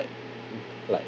like